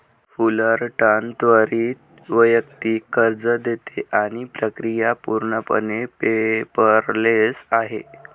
Fullerton त्वरित वैयक्तिक कर्ज देते आणि प्रक्रिया पूर्णपणे पेपरलेस आहे